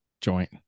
joint